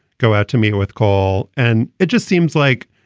go out to me with call. and it just seems like,